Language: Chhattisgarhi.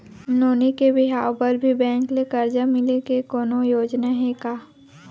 नोनी के बिहाव बर भी बैंक ले करजा मिले के कोनो योजना हे का?